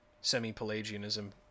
semi-Pelagianism